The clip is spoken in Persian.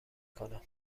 کنم